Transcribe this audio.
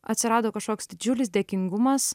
atsirado kažkoks didžiulis dėkingumas